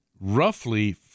Roughly